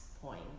point